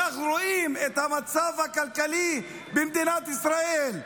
אנחנו רואים את המצב הכלכלי במדינת ישראל,